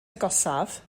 agosaf